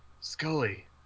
Scully